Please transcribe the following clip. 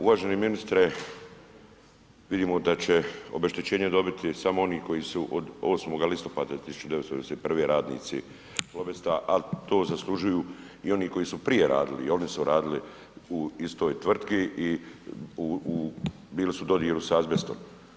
Uvaženi ministre, vidimo da će obeštećenje dobiti samo oni koji su od 8. listopada 1991. radnici Plobesta, a to zaslužuju i oni koji su prije radili, i oni su radili u istoj tvrtki i bili su u dodiru s azbestom.